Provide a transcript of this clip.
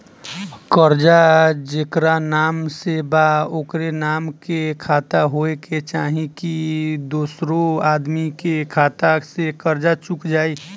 कर्जा जेकरा नाम से बा ओकरे नाम के खाता होए के चाही की दोस्रो आदमी के खाता से कर्जा चुक जाइ?